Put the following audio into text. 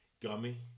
gummy